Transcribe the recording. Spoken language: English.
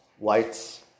lights